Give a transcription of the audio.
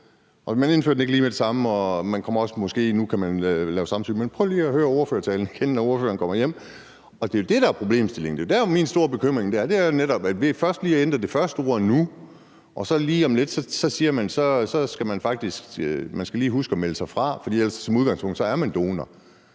Så indfører man det ikke lige med det samme, og man kan lave det med samtykke, men prøv lige at høre ordførertalen igen, når ordføreren kommer hjem. Det er jo det, der er problemstillingen. Der er netop der, min store bekymring er, altså at vi først lige ændrer det første ord nu, og så lige om lidt siger man, at man faktisk lige skal huske at melde sig fra, for ellers er man som udgangspunkt donor.